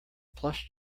plush